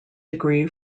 degree